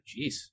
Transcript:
Jeez